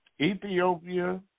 Ethiopia